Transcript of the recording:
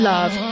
Love